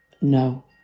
no